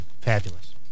fabulous